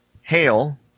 hail